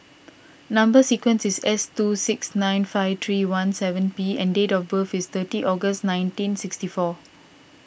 Number Sequence is S two six nine five three one seven P and date of birth is thirty August nineteen sixty four